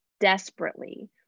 desperately